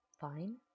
fine